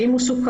האם הוא סוכם,